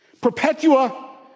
Perpetua